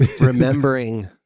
remembering